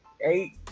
eight